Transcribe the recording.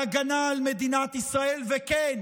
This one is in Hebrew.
אתם הורסים את מעמדו של צה"ל כצבא העם.